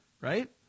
right